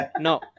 no